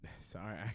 Sorry